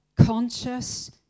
conscious